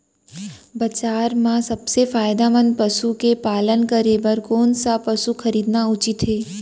बजार म सबसे फायदामंद पसु के पालन करे बर कोन स पसु खरीदना उचित हे?